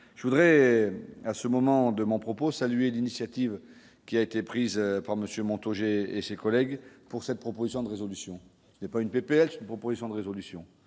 je voudrais à ce moment de mon propos, saluer l'initiative qui a été prise par Monsieur Moto G et ses collègues pour cette proposition de résolution n'est pas une PPL je lui proposition de résolution,